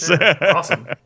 awesome